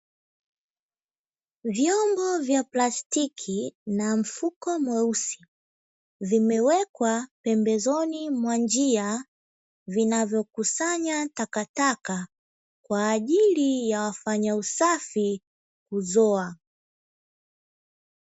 Vyombo vya plastiki na mfuko mweusi vimewekwa pembezoni mwa njia vinavyokusanya takataka kwa ajili ya wafanya usafi kuzoa.